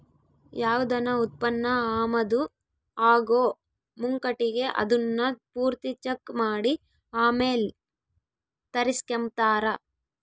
ಯಾವ್ದನ ಉತ್ಪನ್ನ ಆಮದು ಆಗೋ ಮುಂಕಟಿಗೆ ಅದುನ್ನ ಪೂರ್ತಿ ಚೆಕ್ ಮಾಡಿ ಆಮೇಲ್ ತರಿಸ್ಕೆಂಬ್ತಾರ